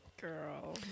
Girl